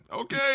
okay